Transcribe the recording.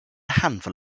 handful